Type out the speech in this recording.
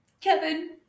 Kevin